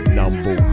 number